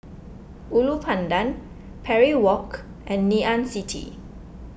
Ulu Pandan Parry Walk and Ngee Ann City